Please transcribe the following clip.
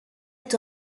est